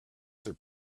other